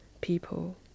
people